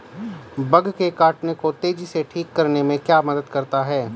Bug के काटने को तेजी से ठीक करने में क्या मदद करता है?